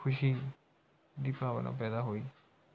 ਖੁਸ਼ੀ ਦੀ ਭਾਵਨਾ ਪੈਦਾ ਹੋਈ